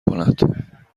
کند